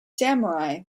samurai